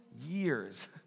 years